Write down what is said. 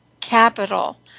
capital